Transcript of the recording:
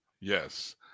Yes